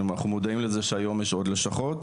אנחנו מודעים לזה שהיום יש עוד לשכות,